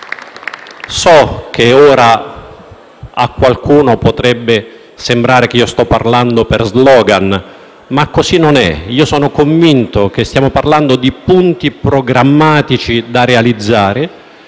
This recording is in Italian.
So che a qualcuno potrebbe sembrare che stia parlando per *slogan*, ma così non è: sono convinto che stiamo parlando di punti programmatici da realizzare